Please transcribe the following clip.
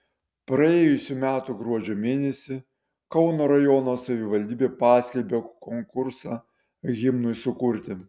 praėjusių metų gruodžio mėnesį kauno rajono savivaldybė paskelbė konkursą himnui sukurti